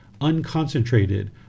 unconcentrated